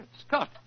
Scott